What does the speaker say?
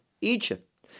egypt